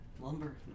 Lumber